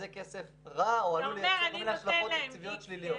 זה כסף רע או עלול לייצר כל מיני השלכות תקציביות שליליות.